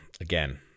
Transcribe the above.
again